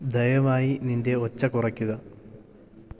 ദയവായി നിൻറ്റെ ഒച്ച കുറയ്ക്കുക